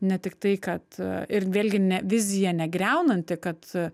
ne tik tai kad ir vėlgi ne vizija ne griaunanti kad